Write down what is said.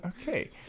Okay